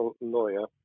lawyer